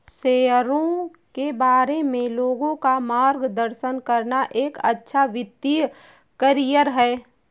शेयरों के बारे में लोगों का मार्गदर्शन करना एक अच्छा वित्तीय करियर है